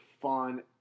fun